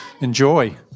Enjoy